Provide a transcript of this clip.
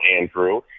Andrew